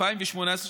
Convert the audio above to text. התשע"ח 2018,